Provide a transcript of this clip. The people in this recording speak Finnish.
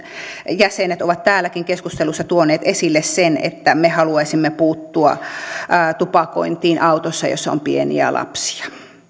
jäsenet ovat täälläkin keskustelussa tuoneet esille sen että me haluaisimme puuttua tupakointiin autossa jossa on pieniä lapsia